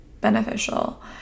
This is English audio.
beneficial